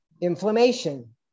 inflammation